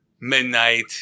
midnight